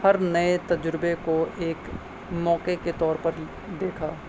ہر نئے تجربے کو ایک موقعے کے طور پر دیکھا